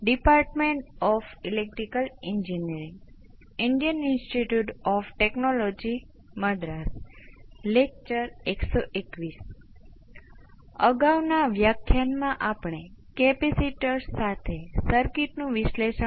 તેથી હવે કોઈપણ ઇચ્છિત પ્રથમ ઓર્ડર સર્કિટ અને કેટલાક પીસ વાઈજ કોંસ્ટંટ ઇનપુટ માટે આપણે પ્રતિભાવ મેળવી શકિયે છીએ કેટલાક ઇચ્છિત સમય આધારિત સિગ્નલ માટે પ્રતિભાવ શોધવો ખૂબ મુશ્કેલ છે